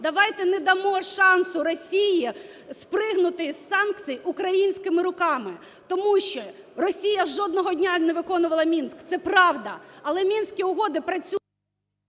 Давайте не дамо шансу Росії спригнути з санкцій українськими руками. Тому що Росія жодного дня не виконувала "Мінськ" – це правда, але Мінські угоди працюють…